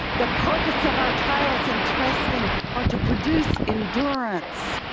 the purpose of our trials and testing are to produce endurance.